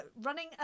running